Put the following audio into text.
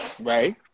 Right